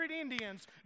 Indians